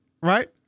right